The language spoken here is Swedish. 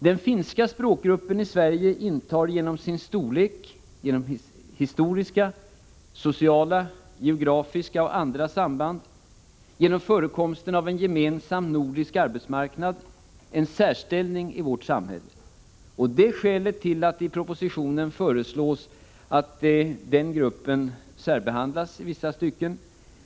Den finska språkgruppen i Sverige intar genom sin storlek, genom historiska, sociala, geografiska och andra samband samt genom förekomsten av en gemensam nordisk arbetsmarknad en särställning i vårt samhälle. Det är skälet till att det i propositionen föreslås att den gruppen i vissa stycken skall särbehandlas.